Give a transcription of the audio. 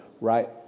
right